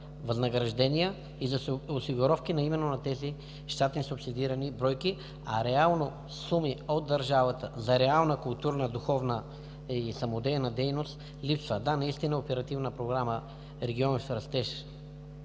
възнаграждения и за осигуровки, именно на тези щатни субсидирани бройки, а реални суми от държавата за реална, културна, духовна и самодейна дейност липсват. Да, наистина Оперативна програма „Региони в растеж”,